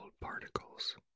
particles